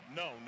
no